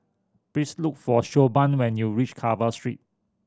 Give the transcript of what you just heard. please look for Siobhan when you reach Carver Street